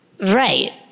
Right